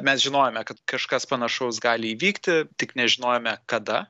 mes žinojome kad kažkas panašaus gali įvykti tik nežinojome kada